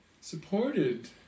supported